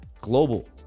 Global